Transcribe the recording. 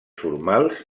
formals